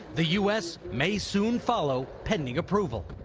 the u s. may soon follow pending approval.